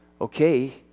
okay